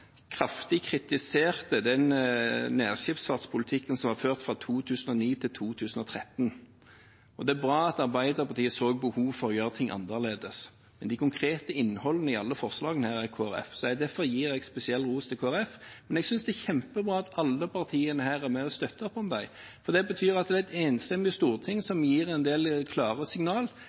kraftig kritiserte den nærskipsfartspolitikken som ble ført fra 2009 til 2013. Det er bra at Arbeiderpartiet så behov for å gjøre ting annerledes, men det konkrete innholdet i alle disse forslagene er Kristelig Folkepartis, og derfor gir jeg spesielt ros til Kristelig Folkeparti. Men jeg synes det er kjempebra at alle partiene er med og støtter opp om dem, for det betyr at det er et enstemmig storting